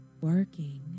working